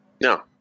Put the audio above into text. No